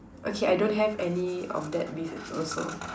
okay I don't have any of that also